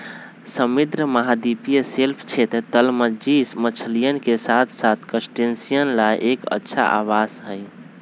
समृद्ध महाद्वीपीय शेल्फ क्षेत्र, तलमज्जी मछलियन के साथसाथ क्रस्टेशियंस ला एक अच्छा आवास हई